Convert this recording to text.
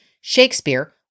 Shakespeare